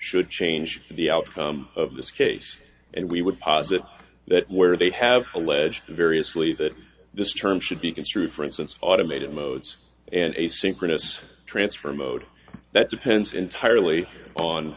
should change the outcome of this case and we would posit that where they have alleged variously that this term should be construed for instance automated modes and asynchronous transfer mode that depends entirely on